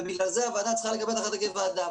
ובגלל זה הוועדה צריכה לקבל החלטה כוועדה.